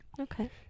Okay